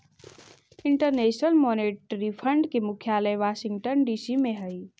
international monetary fund के मुख्यालय Washington DC में हई